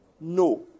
No